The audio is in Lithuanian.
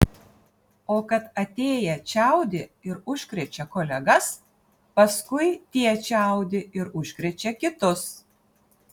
o kad atėję čiaudi ir užkrečia kolegas paskui tie čiaudi ir užkrečia kitus